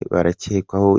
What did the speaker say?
barakekwaho